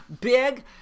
big